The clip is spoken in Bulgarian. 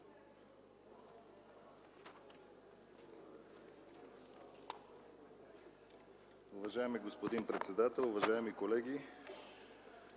Уважаеми господин председател, уважаеми колеги!